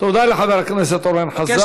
תודה לחבר הכנסת אורן חזן.